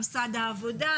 ממשרד העבודה,